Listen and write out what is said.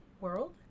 world